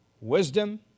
Wisdom